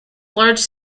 large